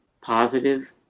positive